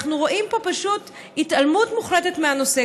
אנחנו רואים פשוט התעלמות מוחלטת מהנושא,